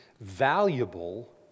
valuable